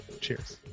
Cheers